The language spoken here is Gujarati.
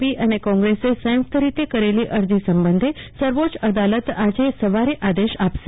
પી અને કોંગ્રેસે સંયુક્ત રીતે કરેલી અરજી સંબંધે સર્વોચ્ય અદાલત આજે સવારે આદેશ આપશે